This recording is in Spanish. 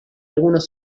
algunos